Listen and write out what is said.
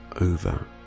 over